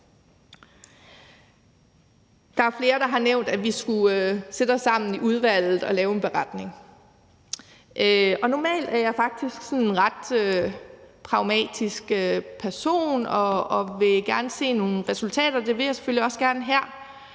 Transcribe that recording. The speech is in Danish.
Der er flere, der har nævnt, at vi skulle sætte os sammen i udvalget og lave en beretning, og normalt er jeg faktisk en sådan ret pragmatisk person og vil gerne se nogle resultater, og det vil jeg selvfølgelig også gerne her,